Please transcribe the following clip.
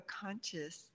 conscious